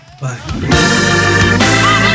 Bye